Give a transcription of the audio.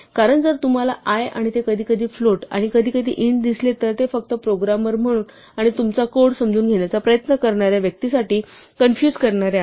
कारण जर तुम्हाला i आणि कधीकधी ते फ्लोट आणि कधीकधी इंट दिसले तर ते फक्त प्रोग्रामर म्हणून आणि तुमचा कोड समजून घेण्याचा प्रयत्न करणाऱ्या व्यक्तीसाठी कन्फ्युज करणारे आहे